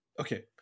okay